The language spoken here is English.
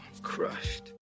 Crushed